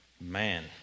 man